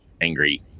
angry